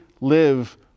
live